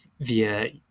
via